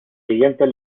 siguientes